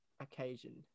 occasion